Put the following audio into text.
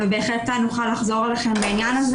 בהחלט אני אוכל לחזור אליכם בעניין הזה.